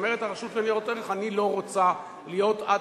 אומרת הרשות לניירות ערך: אני לא רוצה להיות עד